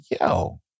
yo